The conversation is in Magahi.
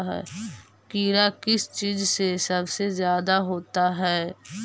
कीड़ा किस चीज से सबसे ज्यादा होता है?